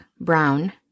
brown